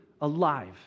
alive